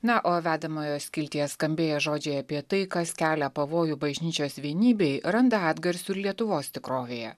na o vedamojo skiltyje skambėję žodžiai apie tai kas kelia pavojų bažnyčios vienybei randa atgarsių ir lietuvos tikrovėje